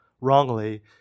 wrongly